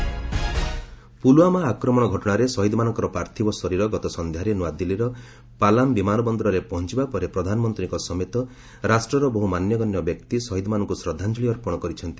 JK martyrs Pulwama ଆକ୍ରମଣ ଘଟଣାରେ ଶହୀଦମାନଙ୍କର ପାର୍ଥିବ ଶରୀର ଗତ ସନ୍ଧ୍ୟାରେ ନୂଆଦିଲ୍ଲୀର ପାଲାମ ବିମାନ ବନ୍ଦରରେ ପହଞ୍ଚିବା ପରେ ପ୍ରଧାନମନ୍ତ୍ରୀଙ୍କ ସମେତ ରାଷ୍ଟ୍ରର ବହୁ ମାନ୍ୟଗଣ୍ୟ ବ୍ୟକ୍ତି ଶହୀଦମାନଙ୍କୁ ଶ୍ରଦ୍ଧାଞ୍ଜଳି ଅର୍ପଣ କରିଛନ୍ତି